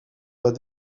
pas